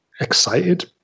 excited